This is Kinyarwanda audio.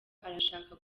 arashaka